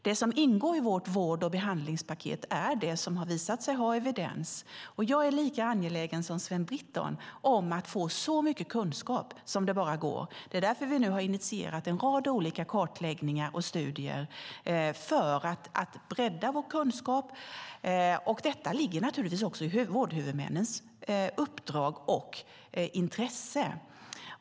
Det som ingår i vårt vård och behandlingspaket är det som har visat sig ha evidens. Jag är lika angelägen som Sven Britton om att få så mycket kunskap som det bara går. Det är därför vi nu har initierat en rad olika kartläggningar och studier för att bredda vår kunskap. Detta ligger naturligtvis också i vårdhuvudmännens uppdrag och intresse.